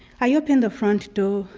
i open the front door,